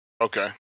Okay